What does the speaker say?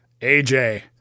AJ